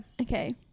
okay